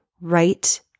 right